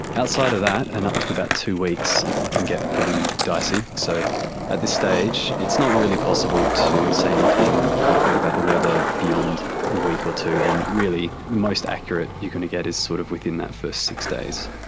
outside of that and up to about two weeks it can get pretty dicey. so at this stage it's not really possible to say anything concrete about the weather beyond a week or two, and really the most accurate you're going to get is sort of within the first six days.